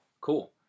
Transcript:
Cool